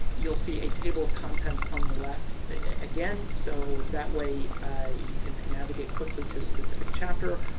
you'll see a table of contents on the left again. so, that way you can navigate quickly to a specific chapter.